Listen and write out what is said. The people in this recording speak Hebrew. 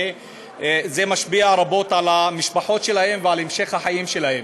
וזה משפיע רבות על המשפחות שלהם ועל המשך החיים שלהם.